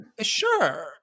sure